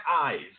eyes